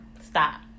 Stop